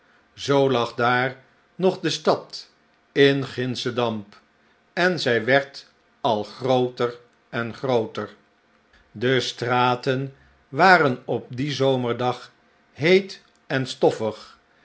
zoo lag daar nog de stad in gindschen damp en zij werd al grooter en grooter de straten waren op dien zomerdag heet en stofferig